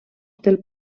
del